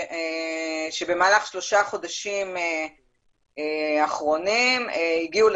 שבמהלך שלושה חודשים אחרונים הגיעו באופן